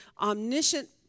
omniscient